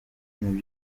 ibintu